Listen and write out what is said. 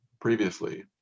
previously